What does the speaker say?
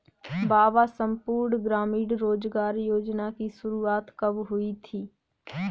बाबा संपूर्ण ग्रामीण रोजगार योजना की शुरुआत कब हुई थी?